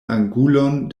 angulon